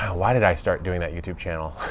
why did i start doing that youtube channel?